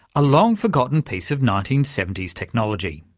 a long-forgotten piece of nineteen seventy s technology.